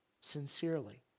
sincerely